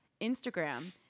Instagram